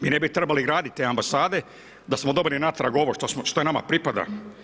Mi ne bi trebali graditi te ambasade, da smo dobili natrag ovo što nama pripada.